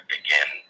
again